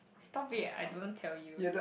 stop it I didn't tell you